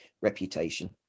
reputation